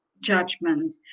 judgment